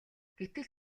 гэтэл